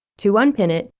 to unpin it,